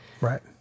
right